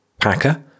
Packer